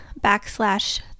backslash